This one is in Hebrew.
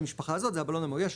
למשפחה הזאת זה הבלון המאויש,